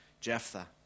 Jephthah